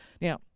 Now